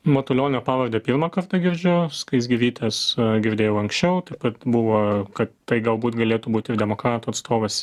matulionio pavardę pirmą kartą girdžiu skaisgirytės girdėjau anksčiau taip pat buvo kad tai galbūt galėtų būti ir demokratų atstovas